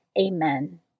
Amen